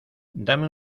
dame